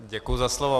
Děkuji za slovo.